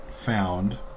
found